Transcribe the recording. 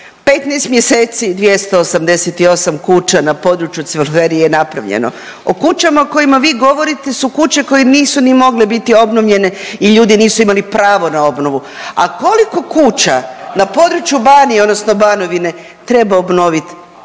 15 mjeseci 288 kuća na području Cvelferije je napravljeno. O kućama o kojima vi govorite su kuće koje nisu ni mogle biti obnovljene i ljudi nisu imali pravo na obnovu. A koliko kuća na području Banije odnosno Banovine treba obnoviti,